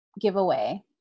giveaway